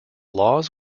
laws